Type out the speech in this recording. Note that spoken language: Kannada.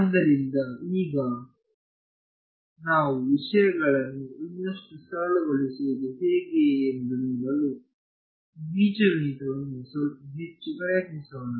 ಆದ್ದರಿಂದ ಈಗ ನಾವು ವಿಷಯಗಳನ್ನು ಇನ್ನಷ್ಟು ಸರಳಗೊಳಿಸುವುದು ಹೇಗೆ ಎಂದು ನೋಡಲು ಬೀಜಗಣಿತವನ್ನು ಸ್ವಲ್ಪ ಹೆಚ್ಚು ಪ್ರಯತ್ನಿಸೋಣ